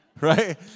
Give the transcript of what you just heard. right